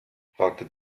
fragte